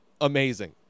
amazing